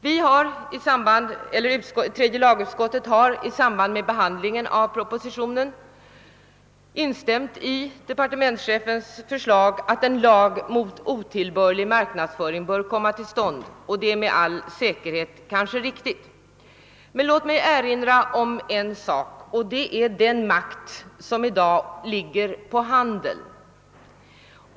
Så blir nu inte fallet när tredje lagutskottet i samband med behandlingen av proposition 57 här instämt i departementschefens förslag att en lag mot otillbörlig marknadsföring bör komma till stånd. Herr talman! Stor makt innehas numera av handeln.